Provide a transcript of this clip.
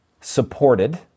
supported